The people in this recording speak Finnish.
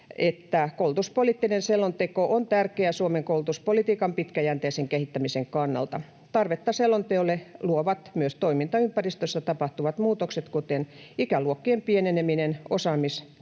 että koulutuspoliittinen selonteko on tärkeä Suomen koulutuspolitiikan pitkäjänteisen kehittämisen kannalta. Tarvetta selonteolle luovat myös toimintaympäristössä tapahtuvat muutokset, kuten ikäluokkien pieneneminen, osaamistarpeiden